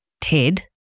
TED